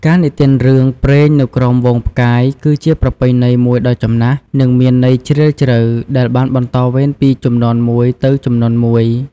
ការនិទានរឿងព្រេងនៅក្រោមហ្វូងផ្កាយ គឺជាប្រពៃណីមួយដ៏ចំណាស់ និងមានន័យជ្រាលជ្រៅ ដែលបានបន្តវេនពីជំនាន់មួយទៅជំនាន់មួយ ។